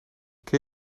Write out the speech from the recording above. ken